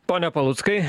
pone paluckai